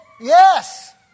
Yes